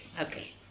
okay